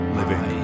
living